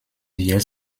wir